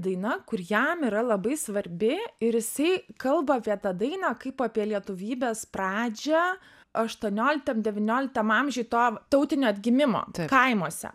daina kur jam yra labai svarbi ir jisai kalba apie tą dainą kaip apie lietuvybės pradžią aštuonioliktam devynioliktam amžiuj to tautinio atgimimo kaimuose